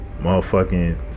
motherfucking